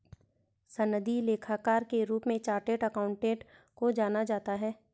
सनदी लेखाकार के रूप में चार्टेड अकाउंटेंट को जाना जाता है